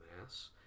mass